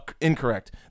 Incorrect